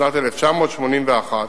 משנת 1981,